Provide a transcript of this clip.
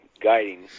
guiding